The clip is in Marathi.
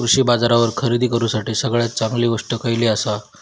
कृषी बाजारावर खरेदी करूसाठी सगळ्यात चांगली गोष्ट खैयली आसा?